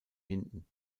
hinten